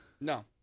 No